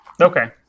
Okay